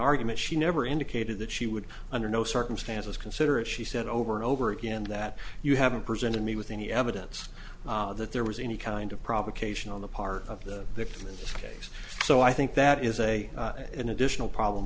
argument she never indicated that she would under no circumstances consider it she said over and over again that you haven't presented me with any evidence that there was any kind of provocation on the part of the case so i think that is a an additional problem